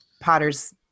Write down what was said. Potter's